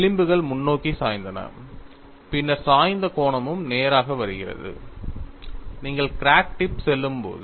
விளிம்புகள் முன்னோக்கி சாய்ந்தன பின்னர் சாய்ந்த கோணமும் நேராகி வருகிறது நீங்கள் கிராக் டிப் செல்லும்போது